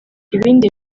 ibindi